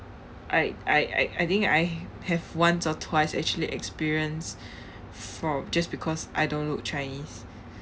I I I I think I have once or twice actually experience for just because I don't look chinese